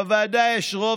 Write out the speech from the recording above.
בוועדה יש רוב,